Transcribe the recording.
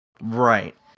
Right